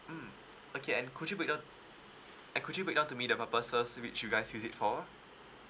mm okay and could you could breakdown and could you breakdown to me the purposes which you guys use it for